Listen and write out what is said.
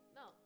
no